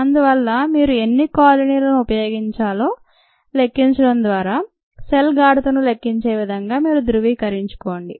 అందువల్ల మీరు ఎన్ని కాలనీలను ఉపయోగించగలరో లెక్కించడం ద్వారా సెల్ గాఢతను లెక్కించేవిధంగా మీరు ధృవీకరించుకోండి